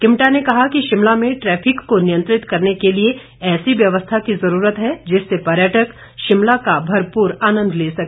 किमटा ने कहा कि शिमला में ट्रैफिक को नियंत्रित करने के लिए ऐसी व्यवस्था की जरूरत है जिससे पर्यटक शिमला का भरपूर आनंद ले सके